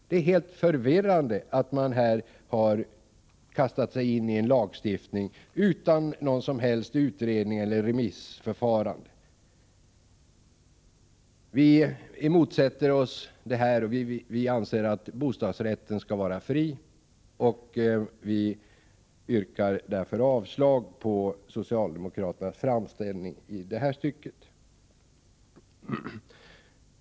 Det är helt förvirrande att man här kastat sig in i en lagstiftning utan någon som helst utredning eller något remissförfarande. Vi motsätter oss detta och anser att bostadsrätten skall vara fri. Vi yrkar därför avslag på socialdemokraternas framställning i det här stycket.